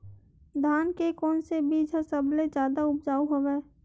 धान के कोन से बीज ह सबले जादा ऊपजाऊ हवय?